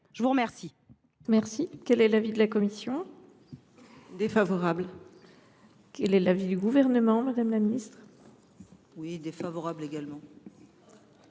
à vous remercier